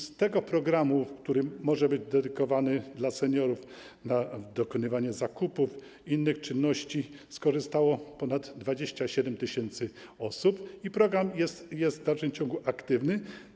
Z tego programu, który może być dedykowany seniorom, z pomocy w dokonywaniu zakupów, innych czynności skorzystało ponad 27 tys. osób, i program jest w dalszym ciągu aktywny.